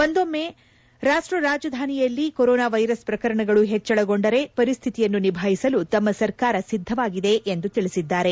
ಒಂದೊಂಮ್ಮ ರಾಷ್ಟ ರಾಜಧಾನಿಯಲ್ಲಿ corona virus ಪ್ರಕರಣಗಳು ಪೆಚ್ಚಳಗೊಂಡರೆ ಪರಿಶ್ಮಿತಿಯನ್ನು ನಿಭಾಯಿಸಲು ತಮ್ಮ ಸರ್ಕಾರ ಸಿದ್ದವಾಗಿದೆ ಎಂದು ತಿಳಿಸಿದ್ದಾರೆ